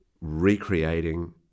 recreating